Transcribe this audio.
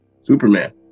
superman